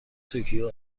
توکیو